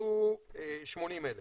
הוכנסו 80,000